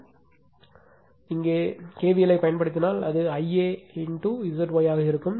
எனவே இங்கே KVL ஐப் பயன்படுத்தினால் அது IA Zy ஆக இருக்கும்